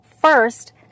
First